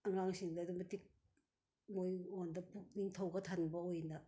ꯑꯉꯥꯡꯁꯤꯡꯗ ꯑꯗꯨꯛꯀꯤ ꯃꯇꯤꯛ ꯃꯈꯣꯏꯗ ꯄꯨꯛꯅꯤꯡ ꯊꯧꯒꯠꯍꯟꯕ ꯑꯣꯏꯅ